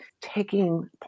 taking